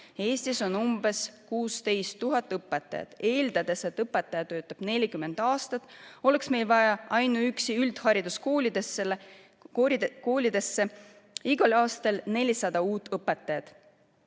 Eestis on umbes 16 000 õpetajat, ning eeldades, et õpetaja töötab 40 aastat, oleks meil vaja ainuüksi üldhariduskoolidesse igal aastal 400 uut õpetajat,